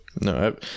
No